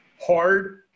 hard